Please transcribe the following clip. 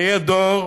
זה יהיה דור